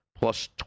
plus